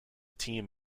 team